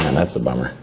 and that's a bummer.